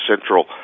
Central